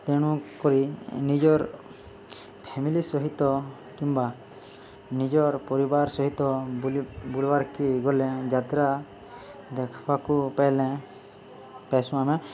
ତେଣୁ କରି ନିଜର୍ ଫ୍ୟାମିଲି ସହିତ କିମ୍ବା ନିଜର୍ ପରିବାର ସହିତ ବୁ ବୁଲ୍ବାର୍କେ ଗଲେ ଯାତ୍ରା ଦେଖ୍ବାକୁ ପାଏଲେ ପାଏସୁଁ ଆମେ